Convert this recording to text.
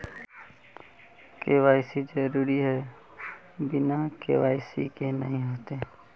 KYC जरुरी है बिना के.वाई.सी के नहीं होते?